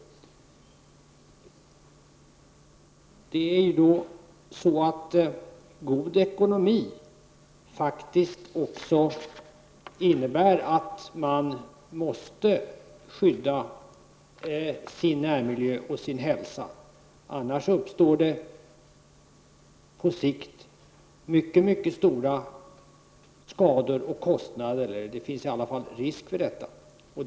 God ekonomi innebär faktiskt också att närmiljön och hälsan måste skyddas, annars uppstår det på sikt mycket stora skador och kostnader. Det finns i alla fall risk för det.